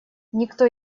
никто